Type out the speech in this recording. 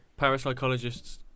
parapsychologists